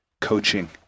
coaching